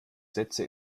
sätze